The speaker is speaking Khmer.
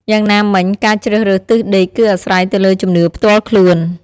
យ៉ាងណាមិញ ការជ្រើសរើសទិសដេកគឺអាស្រ័យទៅលើជំនឿផ្ទាល់ខ្លួន។